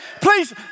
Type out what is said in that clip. please